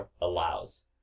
allows